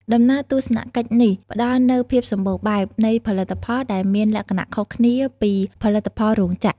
ដំណើរទស្សនកិច្ចនេះផ្តល់នូវ ភាពសម្បូរបែប នៃផលិតផល ដែលមានលក្ខណៈខុសគ្នាពីផលិតផលរោងចក្រ។